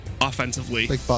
offensively